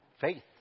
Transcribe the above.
faith